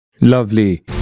Lovely